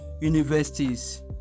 universities